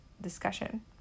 discussion